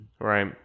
Right